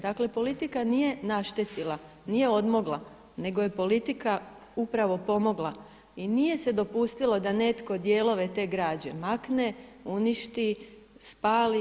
Dakle, politika nije naštetila, nije odmogla, nego je politika upravo pomogla i nije se dopustilo da netko dijelove te građe makne, uništi, spali.